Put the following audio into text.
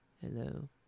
hello